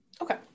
Okay